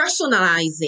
personalizing